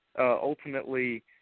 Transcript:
Ultimately